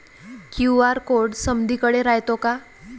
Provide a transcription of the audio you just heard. QR code समदीकडे रायतो का?